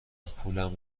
پولم